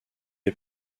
est